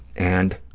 and